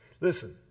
Listen